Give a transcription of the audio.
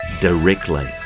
directly